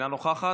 אינה נוכחת,